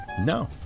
no